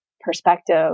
perspective